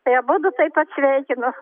tai abudu taip pat sveikinu